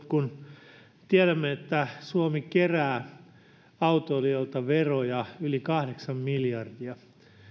kun tiedämme että suomi kerää autoilijoilta veroja yli kahdeksan miljardia